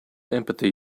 empathy